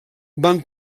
van